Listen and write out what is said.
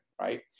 right